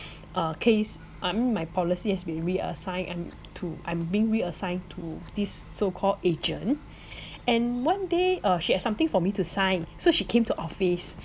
uh case I mean my policy has been reassigned I'm to I'm being reassigned to this so called agent and one day uh she had something for me to sign so she came to office